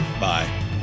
Bye